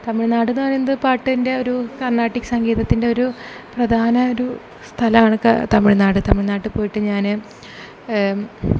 തമിഴ്നാടെന്ന് പറയുന്നത് പാട്ടിൻ്റെ ഒരു കർണാട്ടിക് സങ്കീതത്തിൻ്റെ ഒരു പ്രധാന ഒരു സ്ഥലമാണ് തമിഴ്നാട് തമിഴ്നാട്ടിൽ പോയിട്ട് ഞാൻ